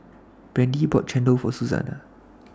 Brandie bought Chendol For Suzanna